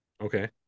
Okay